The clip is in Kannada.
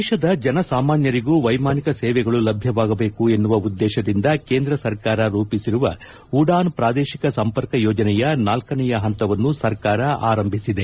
ದೇಶದ ಜನಸಾಮಾನ್ಯರಿಗೂ ವೈಮಾನಿಕ ಸೇವೆಗಳು ಲಭ್ಯವಾಗಬೇಕು ಎನ್ನುವ ಉದ್ದೇಶದಿಂದ ಕೇಂದ್ರ ಸರ್ಕಾರ ರೂಪಿಸಿರುವ ಉಡಾನ್ ಪ್ರಾದೇಶಿಕ ಸಂಪರ್ಕ ಯೋಜನೆಯ ನಾಲ್ಕನೆಯ ಹಂತವನ್ನು ಸರ್ಕಾರ ಆರಂಭಿಸಿದೆ